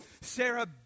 Sarah